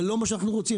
זה לא מה שאנחנו רוצים,